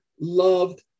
loved